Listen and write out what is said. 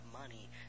money